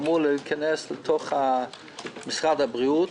אמור להיכנס למשרד הבריאות,